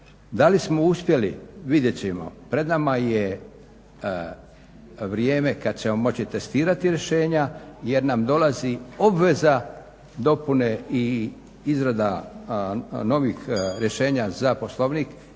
Da li smo uspjeli? Vidjet ćemo, pred nama je vrijeme kad ćemo moći testirati rješenja jer nam dolazi obveza dopune i izrada novih rješenja za Poslovnik